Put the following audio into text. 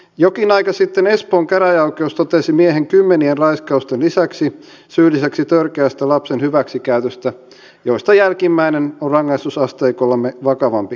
jokin aika sitten espoon käräjäoikeus totesi miehen kymmenien raiskausten lisäksi syylliseksi törkeästä lapsen hyväksikäytöstä joista jälkimmäinen on rangaistusasteikollamme vakavampi rikos